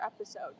episode